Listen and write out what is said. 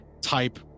type